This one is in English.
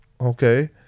okay